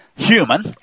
Human